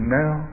now